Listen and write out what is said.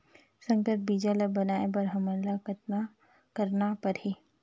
संकर बीजा ल बनाय बर हमन ल कतना करना परही?